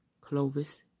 Clovis